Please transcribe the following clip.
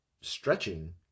stretching